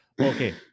okay